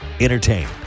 Entertain